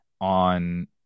on